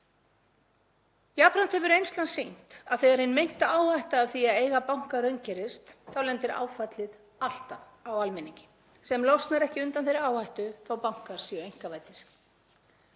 Jafnframt hefur reynslan sýnt að þegar hin meinta áhætta af því að eiga banka raungerist þá lendir áfallið alltaf á almenningi sem losnar ekki undan þeirri áhættu þó að bankar séu einkavæddir.